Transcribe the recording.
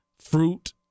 fruit